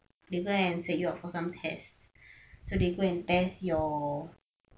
they go and set you up for some test so they go and test your